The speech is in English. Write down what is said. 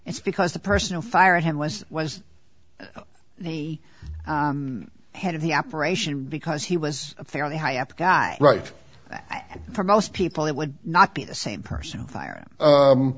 it's because the person who fired him was was the head of the operation because he was a fairly high up guy right for most people it would not be the same person fire